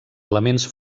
elements